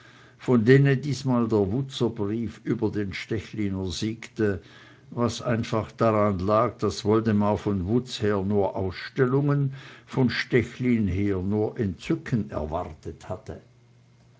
von denen diesmal der wutzer brief über den stechliner siegte was einfach daran lag daß woldemar von wutz her nur ausstellungen von stechlin her nur entzücken erwartet hatte